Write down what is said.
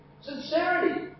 sincerity